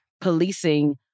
policing